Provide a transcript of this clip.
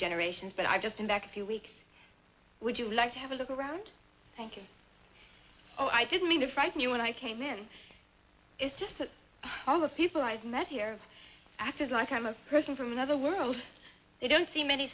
generations but i just came back a few weeks would you like to have a look around thank you oh i didn't mean to frighten you when i came in it's just that all the people i've met here acted like i'm a person from another world they don't see many